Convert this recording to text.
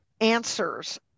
answers